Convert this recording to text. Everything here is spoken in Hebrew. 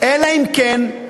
אלא אם כן,